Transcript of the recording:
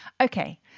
Okay